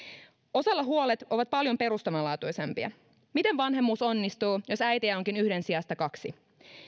osalla huolet ovat paljon perustavanlaatuisempia miten vanhemmuus onnistuu jos äitejä onkin yhden sijasta kaksi